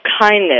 kindness